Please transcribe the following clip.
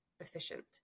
efficient